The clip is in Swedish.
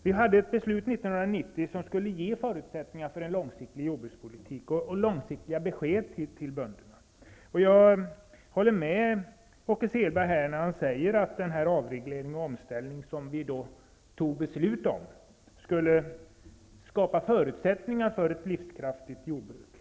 År 1990 fattade vi ett beslut som skulle ge förutsättningar för en långsiktig jordbrukspolitik och som skulle ge bönderna långsiktiga besked. Jag håller med Åke Selberg om att den avreglering och den omställning som vi då fattade beslut om skulle skapa förutsättningar för ett livskraftigt jordbruk.